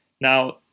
Now